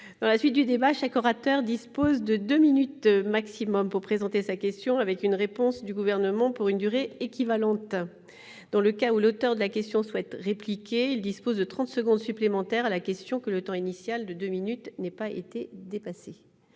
Je rappelle que chaque orateur dispose de deux minutes au maximum pour présenter sa question, avec une réponse du Gouvernement pour une durée équivalente. Dans le cas où l'auteur de la question souhaite répliquer, il dispose de trente secondes supplémentaires, à la condition que le temps initial de deux minutes n'ait pas été dépassé.